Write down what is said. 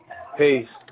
Peace